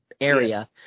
area